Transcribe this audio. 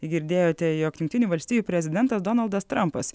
girdėjote jog jungtinių valstijų prezidentas donaldas trampas